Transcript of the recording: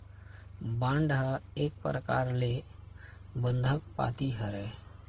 bond ह एक परकार ले बंधक पाती हरय